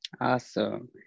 Awesome